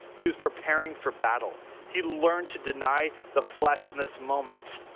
he was preparing for battle he learned to deny the flesh in this moment.